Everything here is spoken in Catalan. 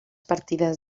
partides